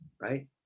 right